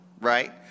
right